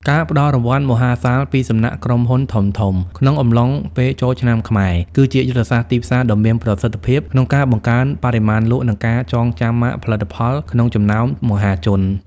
ការផ្តល់រង្វាន់មហាសាលពីសំណាក់ក្រុមហ៊ុនធំៗក្នុងអំឡុងពេលចូលឆ្នាំខ្មែរ គឺជាយុទ្ធសាស្ត្រទីផ្សារដ៏មានប្រសិទ្ធភាពក្នុងការបង្កើនបរិមាណលក់ និងការចងចាំម៉ាកផលិតផលក្នុងចំណោមមហាជន។